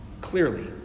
clearly